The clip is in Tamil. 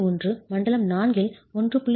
1 மண்டலம் IV 1